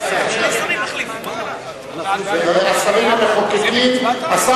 להסיר מסדר-היום את הצעת החוק הממשלה (תיקון,